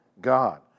God